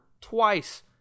twice